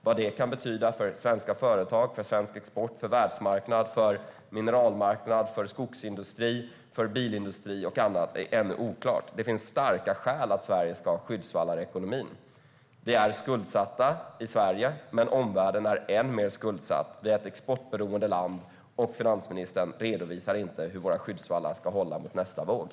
Vad det kan betyda för svenska företag, svensk export, världsmarknad, mineralmarknad, skogsindustri och bilindustri och annat är ännu oklart. Det finns starka skäl för att Sverige ska ha skyddsvallar i ekonomin. Vi i Sverige är skuldsatta, men omvärlden är än mer skuldsatt. Vi är ett exportberoende land, och finansministern redovisar inte hur våra skyddsvallar ska hålla till nästa gång.